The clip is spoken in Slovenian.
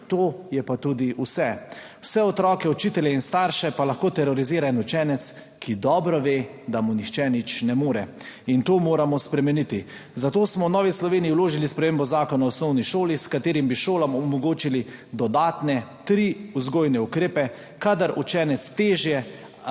to je pa tudi vse. Vse otroke, učitelje in starše pa lahko terorizira en učenec, ki dobro ve, da mu nihče nič ne more. In to moramo spremeniti. Zato smo v Novi Sloveniji vložili spremembo Zakona o osnovni šoli, s katero bi šolam omogočili dodatne tri vzgojne ukrepe, kadar učenec težje ali